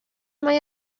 mae